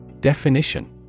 Definition